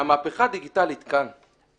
המהפכה הדיגיטלית כאן.